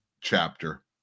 chapter